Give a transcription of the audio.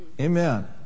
Amen